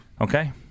Okay